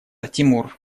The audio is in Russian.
тимур